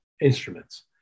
instruments